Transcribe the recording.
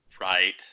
Right